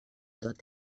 dot